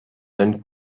when